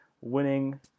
winning